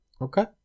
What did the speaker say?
Okay